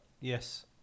Yes